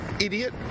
Idiot